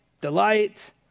delight